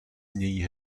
znějí